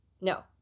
no